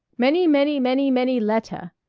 many many many many lettah.